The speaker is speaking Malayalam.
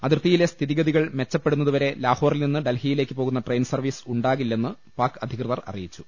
അതിർത്തിയിലെ സ്ഥിതിഗതികൾ മെച്ചപ്പെടുന്നതു പ്രരെ ലാഹോറിൽ നിന്ന് ഡൽഹിയിലേക്ക് പോകുന്ന ട്രെയിൻ സർവീസ് ഉണ്ടാകില്ലെന്ന് പാക് അധികൃതർ അറിയിച്ചു